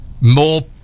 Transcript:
more